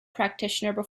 practitioner